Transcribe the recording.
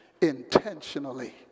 intentionally